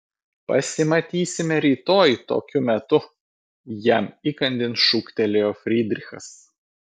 pasimatysime rytoj tokiu metu jam įkandin šūktelėjo frydrichas